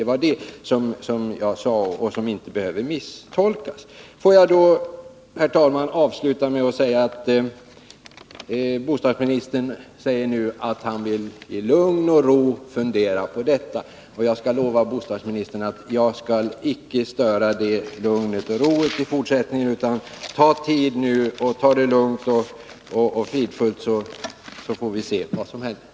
Det var det jag sade, och det behöver inte misstolkas. Får jag, herr talman, avsluta med att säga att bostadsministern nu i lugn och ro kan fundera på detta. Jag lovar bostadsministern att jag icke skall störa det lugnet och den ron i fortsättningen. Ta tid på er, ta det lugnt och ha det fridfullt, så får vi se vad som händer.